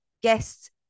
guests